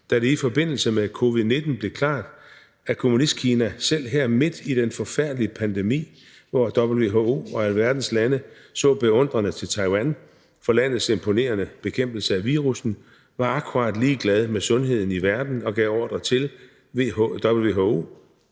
da det i forbindelse med covid-19 blev klart, at Kommunistkina – selv her midt i den forfærdelige pandemi, hvor WHO og alverdens lande så beundrende til Taiwan på grund af landets imponerende bekæmpelse af virussen – var akkurat ligeglad med sundheden i verden og gav ordre til WHO,